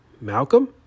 Malcolm